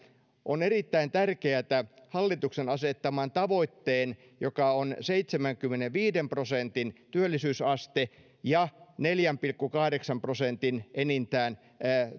on erittäin tärkeätä hallituksen asettaman tavoitteen kannalta joka on seitsemänkymmenenviiden prosentin työllisyysaste ja enintään neljän pilkku kahdeksan prosentin